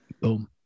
Boom